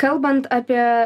kalbant apie